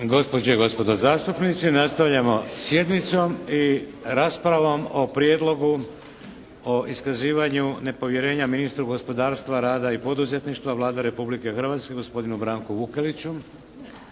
Gospođe i gospodo zastupnici nastavljamo sjednicom i raspravom o: - Prijedlogu o iskazivanju nepovjerenja ministru gospodarstva, rada i poduzetništva Vlade Republike Hrvatske gospodinu Branku Vukeliću